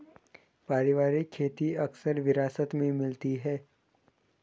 पारिवारिक खेती अक्सर विरासत में मिलती है